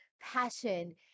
passion